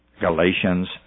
Galatians